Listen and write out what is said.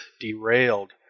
derailed